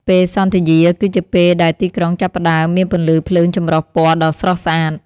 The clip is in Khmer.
ពេលសន្ធ្យាគឺជាពេលដែលទីក្រុងចាប់ផ្តើមមានពន្លឺភ្លើងចម្រុះពណ៌ដ៏ស្រស់ស្អាត។